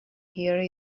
here